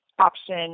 option